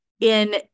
in-